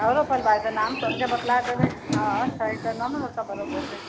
आओरो परिवार के नाम सबके बतला देबै हँ